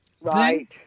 Right